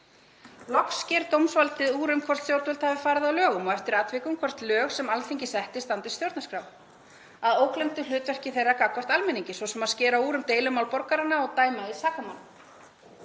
Loks sker dómsvaldið úr um hvort stjórnvöld hafi farið að lögum og eftir atvikum hvort lög sem Alþingi hefur sett standist stjórnarskrána, að ógleymdu hlutverki þess gagnvart almenningi, svo sem að skera úr um deilumál borgaranna og dæma í sakamálum.